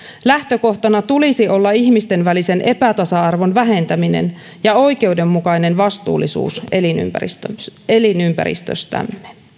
lähtökohtana tulisi olla ihmisten välisen epätasa arvon vähentäminen ja oikeudenmukainen vastuullisuus elinympäristöstämme elinympäristöstämme